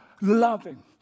loving